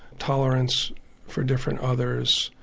tolerance for different others,